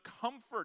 comfort